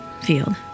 field